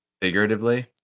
Figuratively